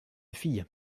fille